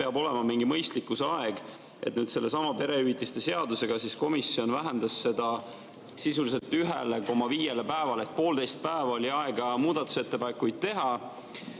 peab olema mingi mõistlik aeg. Sellesama perehüvitiste seadusega komisjon vähendas seda sisuliselt 1,5 päevale – poolteist päeva oli aega muudatusettepanekuid teha.